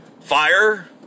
Fire